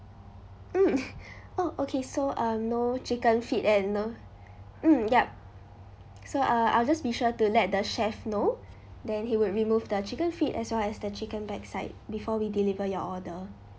mm oh okay so um no chicken feet and no mm yup so uh I will just be sure to let the chef know then he would remove the chicken feet as well as the chicken backside before we deliver your order